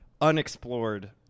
unexplored